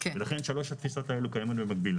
ולכן שלוש התפיסות האלה קיימות במקביל.